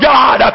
God